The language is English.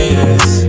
yes